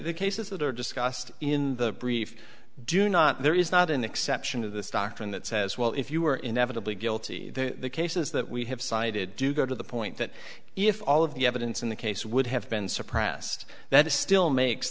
that are discussed in the brief do not there is not an exception to this doctrine that says well if you are inevitably guilty the cases that we have cited do go to the point that if all of the evidence in the case would have been suppressed that still makes